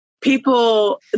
people